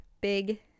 big